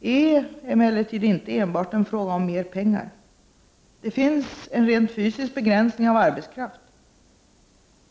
är emellertid inte enbart en fråga om mer pengar. Det finns en rent fysisk begränsning av arbetskraft.